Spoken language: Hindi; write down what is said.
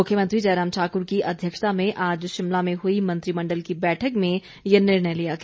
मुख्यमंत्री जयराम ठाक्र की अध्यक्षता में आज शिमला में हुई मंत्रिमण्डल की बैठक में ये निर्णय लिया गया